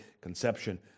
conception